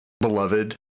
beloved